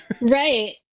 Right